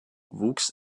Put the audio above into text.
wuchs